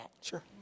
Sure